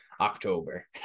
October